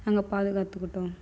நாங்கள் பாதுகாத்துக்கிட்டோம்